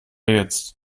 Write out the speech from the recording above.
jetzt